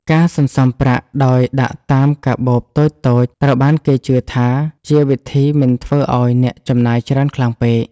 ការសន្សំប្រាក់ដោយដាក់តាមកាបូបតូចៗត្រូវបានគេជឿថាជាវិធីមិនធ្វើឱ្យអ្នកចំណាយច្រើនខ្លាំងពេក។